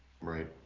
right